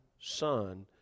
son